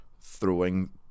throwing